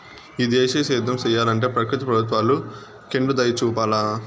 ఈ దేశీయ సేద్యం సెయ్యలంటే ప్రకృతి ప్రభుత్వాలు కెండుదయచూపాల